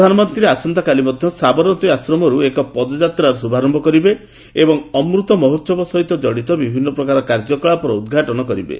ପ୍ରଧାନମନ୍ତ୍ରୀ ଆସନ୍ତାକାଲି ସାବରମତୀ ଆଶ୍ରମରୁ ମଧ୍ୟ ଏକ ପଦଯାତ୍ରାର ଶୁଭାରମ୍ଭ କରିବେ ଏବଂ ଅମୃତ ମହୋହବ ସହିତ କଡ଼ିତ ବିଭିନ୍ନ ପ୍ରାରମ୍ଭିକ କାର୍ଯ୍ୟକଳାପର ଉଦ୍ଘାଟନ କରିବେ